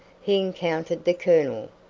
he encountered the colonel.